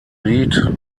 lied